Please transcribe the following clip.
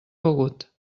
begut